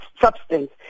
substance